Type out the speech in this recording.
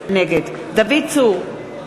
נגד דוד צור,